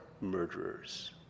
murderers